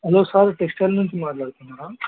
hello sir textile నుంచి మాట్లాడుతున్నారా